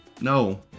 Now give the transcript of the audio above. No